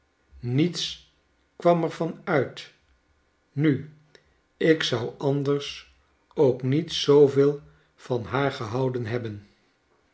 niets kwam er van uit nu ikzou anders ook niet zooveel van haar gehouden hebben